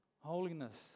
holiness